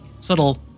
subtle